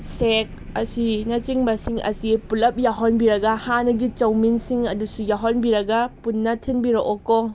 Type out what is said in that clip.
ꯁꯦꯛ ꯑꯁꯤꯅꯆꯤꯡꯕꯁꯤꯡ ꯑꯁꯤ ꯄꯨꯂꯞ ꯌꯥꯎꯍꯟꯕꯤꯔꯒ ꯍꯥꯟꯅꯒꯤ ꯆꯧꯃꯤꯟꯁꯤꯡ ꯑꯗꯨꯁꯨ ꯌꯥꯎꯍꯟꯕꯤꯔꯒ ꯄꯨꯟꯅ ꯊꯤꯟꯕꯤꯔꯛꯑꯣ ꯀꯣ